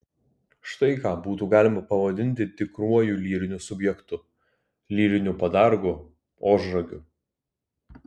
štai ką būtų galima pavadinti tikruoju lyriniu subjektu lyriniu padargu ožragiu